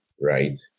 Right